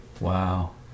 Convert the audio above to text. Wow